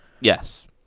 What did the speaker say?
yes